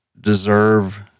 deserve